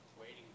waiting